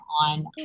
on